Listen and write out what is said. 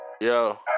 Yo